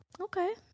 Okay